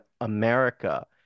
America